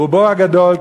ברובו הגדול,